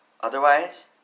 Otherwise